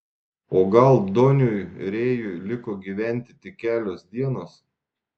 o gal doniui rėjui liko gyventi tik kelios dienos